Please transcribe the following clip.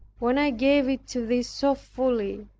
when i gave it to thee so fully.